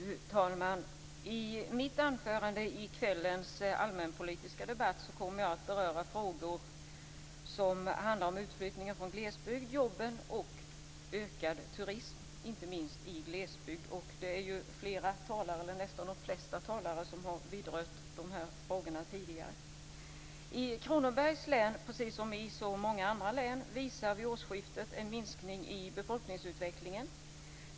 Fru talman! I mitt anförande i kvällens allmänpolitiska debatt kommer jag att beröra frågor som handlar om utflyttningen från glesbygden, jobben och ökad turism, inte minst i glesbygden. De flesta tidigare talarna har också berört de här frågorna. Kronobergs län, precis som så många andra län, visar vid årsskiftet en minskning i befolkningsutvecklingen.